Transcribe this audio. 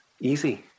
Easy